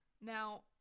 Now